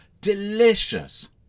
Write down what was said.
delicious